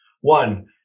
One